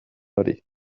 hori